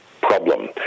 problem